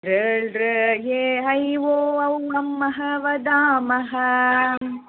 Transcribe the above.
ॠ लृ ए ऐ ओ औ अं अः वदामः